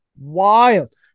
wild